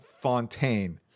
Fontaine